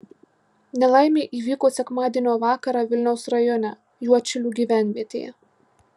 nelaimė įvyko sekmadienio vakarą vilniaus rajone juodšilių gyvenvietėje